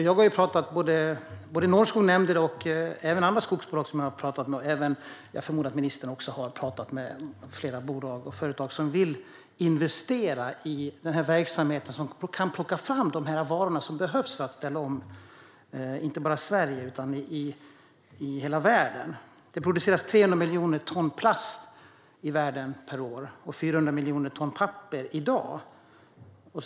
Jag har pratat med både Norrskog och även andra skogsbolag, och jag förmodar att ministern också har pratat med flera bolag och företag som vill investera i den här verksamheten, som kan plocka fram de varor som behövs för att ställa om inte bara Sverige utan hela världen. Det produceras 300 miljoner ton plast och 400 miljoner ton papper per år i världen i dag.